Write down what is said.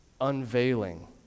unveiling